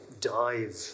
Dive